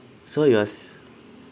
so you are saying